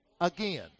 again